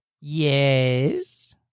Yes